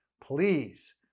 please